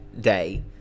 day